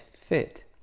fit